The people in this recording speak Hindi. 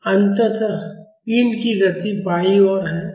अत पिंड की गति बाईं ओर है